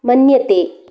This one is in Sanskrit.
मन्यते